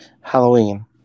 Halloween